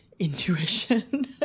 Intuition